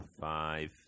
five